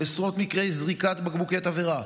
עשרות מקרי זריקת בקבוקי תבערה,